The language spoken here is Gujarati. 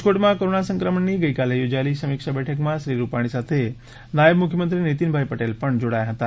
રાજકોટ માં કોરોના સંક્રમણની ગઇકાલે યોજાયેલી સમિક્ષા બેઠકમાં શ્રી રૂપાણી સાથે નાયબ મુખ્યમંત્રી નિતિનભાઈ પટેલ પણ જોડાયા હતા